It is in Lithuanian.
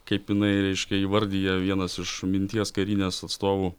kaip jinai reiškia įvardija vienas iš minties karinės atstovų